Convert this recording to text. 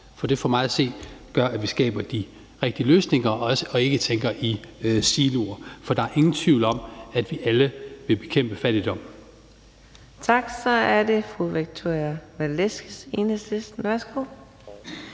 Det gør for mig at se, at vi skaber de rigtige løsninger og ikke tænker i siloer. For der er ingen tvivl om, at vi alle vil bekæmpe fattigdom. Kl. 20:54 Fjerde næstformand (Karina Adsbøl): Tak.